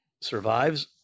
survives